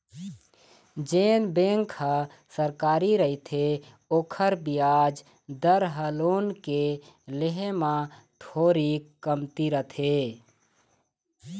जेन बेंक ह सरकारी रहिथे ओखर बियाज दर ह लोन के ले म थोरीक कमती रथे